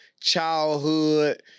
childhood